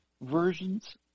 versions